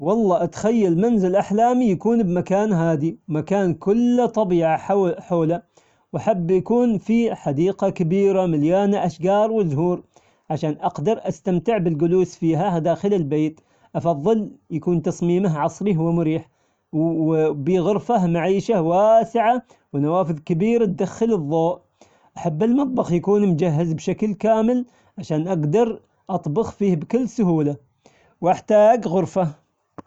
والله أتخيل منزل أحلامي يكون بمكان هادي مكان كله طبيعة حول- حوله وأحب يكون في حديقة كبيرة مليانة أشجار وزهور عشان أقدر استمتع بالجلوس فيها داخل البيت، أفضل يكون تصميمه عصري ومريح وبه غرفة معيشة واسعة بنوافذ كبيرة تدخل الظوء، أحب المطبخ يكون مجهز بشكل كامل عشان أقدر أطبخ فيه بكل سهولة، وأحتاج غرفة ؟